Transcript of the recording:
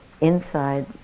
inside